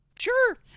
Sure